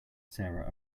sarah